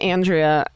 Andrea